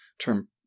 term –